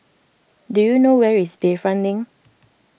do you know where is Bayfront Link